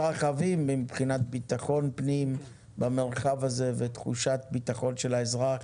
האתגרים מתרחבים מבחינת ביטחון פנים במרחב הזה ותחושת ביטחון של האזרח.